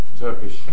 Turkish